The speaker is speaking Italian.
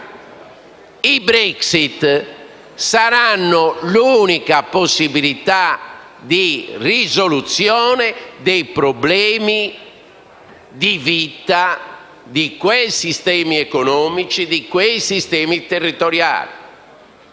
la Brexit saranno l'unica possibilità di risoluzione dei problemi di vita di quei sistemi economici e territoriali.